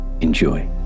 Enjoy